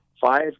five